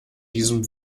diesem